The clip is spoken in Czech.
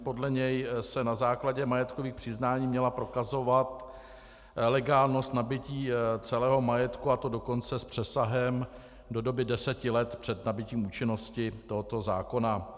Podle něj se na základě majetkových přiznání měla prokazovat legálnost nabytí celého majetku, a to dokonce s přesahem do doby deseti let před nabytím účinnosti tohoto zákona.